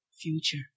future